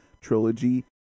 trilogy